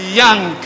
young